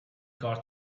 got